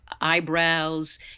eyebrows